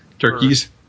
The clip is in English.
turkeys